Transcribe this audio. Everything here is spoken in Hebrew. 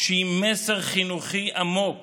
שהיא מסר חינוכי עמוק